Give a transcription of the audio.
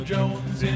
Jones